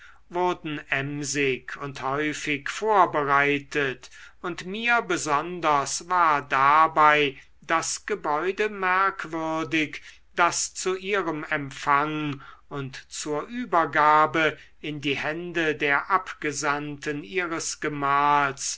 wurden emsig und häufig vorbereitet und mir besonders war dabei das gebäude merkwürdig das zu ihrem empfang und zur übergabe in die hände der abgesandten ihres gemahls